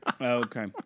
Okay